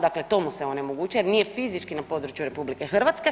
Dakle, to mu se onemogućuje jer nije fizički na području RH.